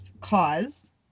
cause